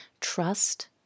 trust